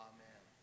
Amen